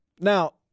now